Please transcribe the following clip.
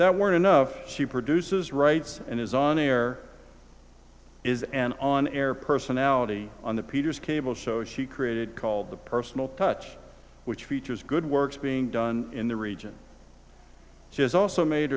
that weren't enough she produces writes and is on air is an on air personality on the peter's cable show she created called the personal touch which features good works being done in the region she has also made